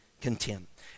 contempt